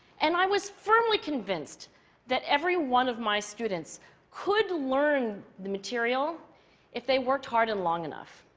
and i was firmly convinced that every one of my students could learn the material if they worked hard and long enough.